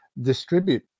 distribute